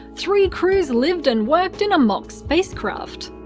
three crews lived and worked in a mock spacecraft.